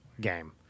game